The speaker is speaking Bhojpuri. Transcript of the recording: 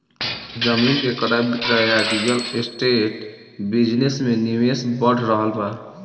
आज जमीन के क्रय विक्रय आ रियल एस्टेट बिजनेस में निवेश बढ़ रहल बा